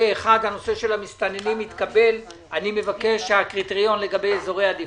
פה אחד הצעת הגדרת אזורים שבהם שיעור מסתננים גבוה כאזורי עדיפות